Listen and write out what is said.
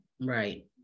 Right